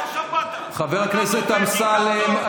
חבר הכנסת אמסלם,